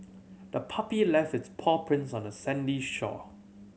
the puppy left its paw prints on the sandy shore